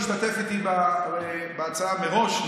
שהשתתף איתי בהצעה מראש.